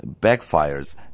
backfires